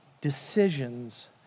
decisions